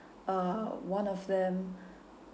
uh one of them